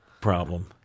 problem